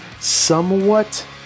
somewhat